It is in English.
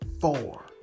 four